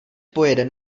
pojede